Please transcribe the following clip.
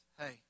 Hey